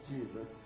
Jesus